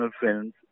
films